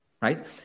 right